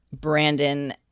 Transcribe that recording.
Brandon